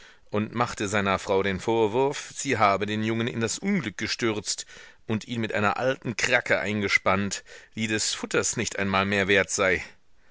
und machte seiner frau den vorwurf sie habe den jungen in das unglück gestürzt und ihn mit einer alten kracke eingespannt die des futters nicht einmal mehr wert sei